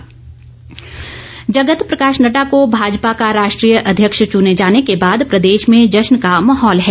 कुल्लू भाजपा जगत प्रकाश नड़डा को भाजपा का राष्ट्रीय अध्यक्ष चुने जाने के बाद प्रदेश में जश्न का माहौल है